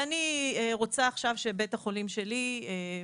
ואני רוצה עכשיו שלבית החולים שלי לא